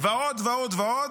ועוד ועוד ועוד,